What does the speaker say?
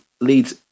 leads